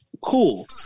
Cool